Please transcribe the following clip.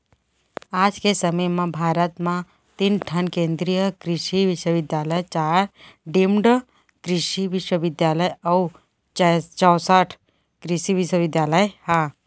आज के समे म भारत म तीन ठन केन्द्रीय कृसि बिस्वबिद्यालय, चार डीम्ड कृसि बिस्वबिद्यालय अउ चैंसठ कृसि विस्वविद्यालय ह